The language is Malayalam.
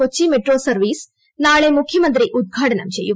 കൊച്ചി മെട്രോ സർവ്വീസ് നാളെ മുഖ്യമന്ത്രി ഉദ്ഘാടനം ചെയ്യും